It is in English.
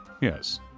Yes